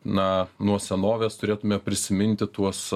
na nuo senovės turėtume prisiminti tuos